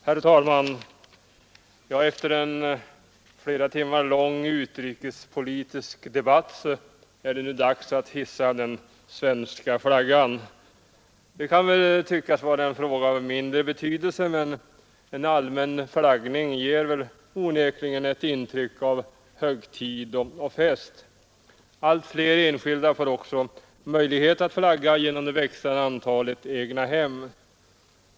Herr talman! Efter en flera timmar lång utrikespolitisk debatt är det nu dags att hissa den svenska flaggan. Det kan tyckas vara en fråga av mindre betydelse, men en allmän flaggning ger onekligen ett intryck av högtid och fest. Allt fler enskilda får också möjlighet att flagga genom det växande antalet egnahem.